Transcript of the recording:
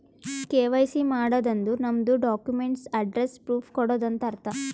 KYC ಮಾಡದ್ ಅಂದುರ್ ನಮ್ದು ಡಾಕ್ಯುಮೆಂಟ್ಸ್ ಅಡ್ರೆಸ್ಸ್ ಪ್ರೂಫ್ ಕೊಡದು ಅಂತ್ ಅರ್ಥ